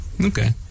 Okay